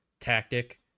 tactic